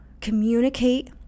communicate